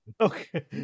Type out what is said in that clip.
Okay